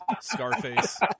Scarface